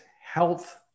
health